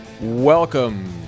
Welcome